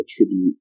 attribute